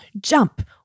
Jump